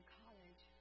college